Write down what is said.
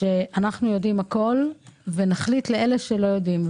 כביכול אנחנו יודעים הכול ונחליט עבור אלה שלא יודעים.